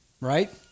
Right